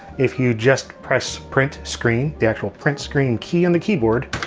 if you just press print screen, the actual print screen key on the keyboard,